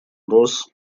нос